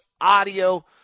audio